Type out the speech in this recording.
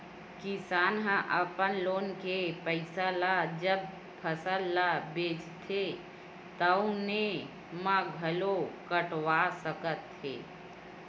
किसान ह अपन लोन के पइसा ल जब फसल ल बेचथे तउने म घलो कटवा सकत हे